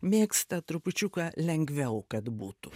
mėgsta trupučiuką lengviau kad būtų